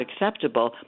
acceptable